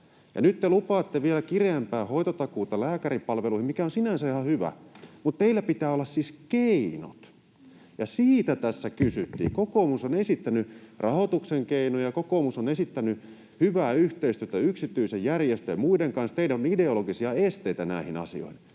nyt te lupaatte vielä kireämpää hoitotakuuta lääkäripalveluihin, mikä on sinänsä ihan hyvä, mutta teillä pitää olla siis keinot, ja siitä tässä kysyttiin. Kokoomus on esittänyt rahoituksen keinoja, kokoomus on esittänyt hyvää yhteistyötä yksityisten järjestöjen ja muiden kanssa. Teillä on ideologisia esteitä näihin asioihin.